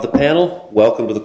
the panel welcome to the